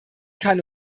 kann